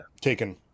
taken